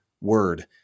word